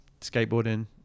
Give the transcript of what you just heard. skateboarding